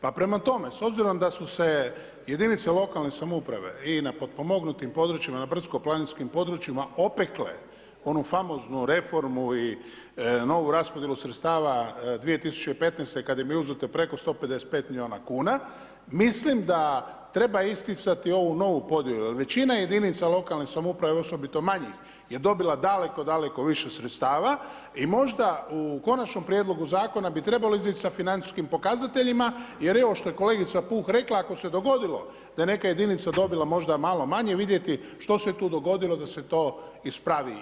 Pa prema tome, s obzirom da su se jedinice lokalne samouprave i na potpomognutim područjima na brdsko-planinskim područjima opekla onu famoznu reformu i novu raspodjelu sredstava 2015. kad im je uzeto preko 155 miliona kuna, mislim da treba isticati ovu novu podjelu jer većina jedinica lokalne samouprave, osobito manjih je dobila daleko, daleko više sredstava i možda u konačnom prijedlogu Zakona bi trebalo izaći sa financijskim pokazateljima jer evo, što je kolegica Puh rekla, ako se dogodilo da je neka jedinica dobila možda malo manje, vidjeti što se tu dogodilo da se to ispravi.